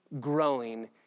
growing